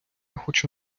хочу